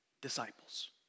disciples